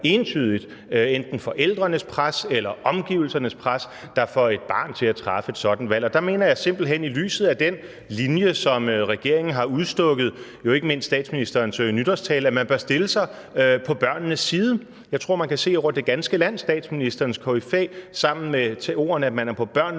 enten forældrenes pres eller omgivelsernes pres, der får et barn til at træffe et sådant valg. Der mener jeg simpelt hen, at man, i lyset af den linje som regeringen har udstukket, jo ikke mindst i statsministerens nytårstale, bør stille sig på børnenes side. Jeg tror, at man over det ganske land kan se statsministerens kontrafej sammen med ordene om, at man er på børnenes